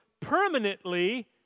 permanently